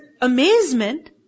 amazement